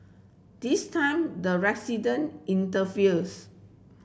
this time the resident intervenes